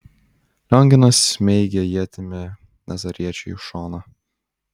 lionginas smeigė ietimi nazariečiui į šoną